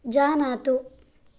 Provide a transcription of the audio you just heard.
जानातु